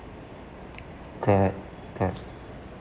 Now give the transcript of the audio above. correct correct